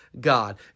God